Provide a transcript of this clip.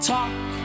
Talk